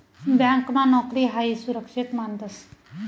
ब्यांकमा नोकरी हायी सुरक्षित मानतंस